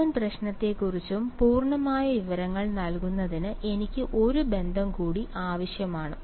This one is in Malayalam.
മുഴുവൻ പ്രശ്നത്തെക്കുറിച്ചും പൂർണ്ണമായ വിവരങ്ങൾ നൽകുന്നതിന് എനിക്ക് ഒരു ബന്ധം കൂടി ആവശ്യമാണ്